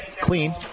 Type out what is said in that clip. Clean